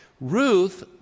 Ruth